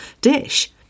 dish